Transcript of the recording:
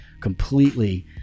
completely